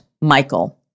Michael